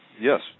Yes